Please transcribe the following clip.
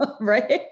right